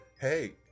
hey